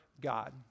God